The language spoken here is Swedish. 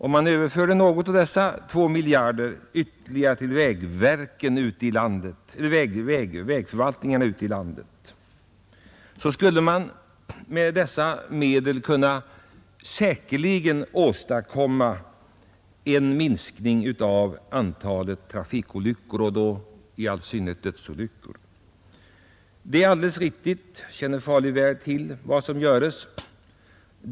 Om man överförde något av dessa 2 miljarder till vägförvaltningarna ute i landet, skulle de med dessa medel säkerligen kunna åstadkomma en minskning av antalet trafikolyckor, och då i synnerhet av antalet dödsolyckor, genom borttagandet av de värsta trafikfällorna. Jag känner väl till vad som görs i fråga om trafiksäkerheten.